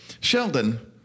Sheldon